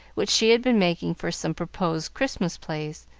which she had been making for some proposed christmas plays,